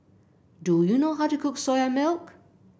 do you know how to cook Soya Milk